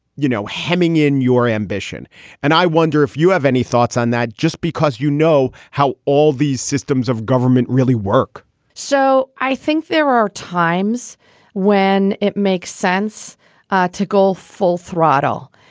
you know, hemming in your ambition and i wonder if you have any thoughts on that just because you know how all these systems of government really work so i think there are times when it makes sense to go full throttle.